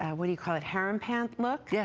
ah what you call it, harem pant look. yeah